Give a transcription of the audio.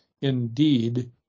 indeed